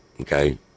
Okay